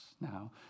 Now